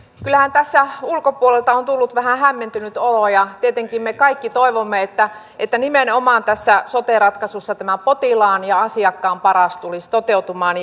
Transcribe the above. kyllähän tässä ulkopuolelta on tullut vähän hämmentynyt olo ja tietenkin me kaikki toivomme että että nimenomaan tässä sote ratkaisussa potilaan ja asiakkaan paras tulisi toteutumaan